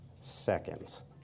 Seconds